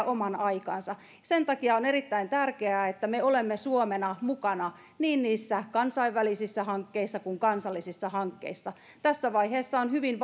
oman aikansa sen takia on erittäin tärkeää että me olemme suomena mukana niin niissä kansainvälisissä hankkeissa kuin kansallisissa hankkeissa tässä vaiheessa on hyvin